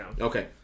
okay